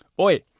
Oi